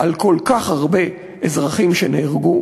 על כך שכל כך הרבה אזרחים נהרגו,